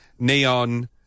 Neon